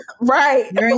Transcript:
right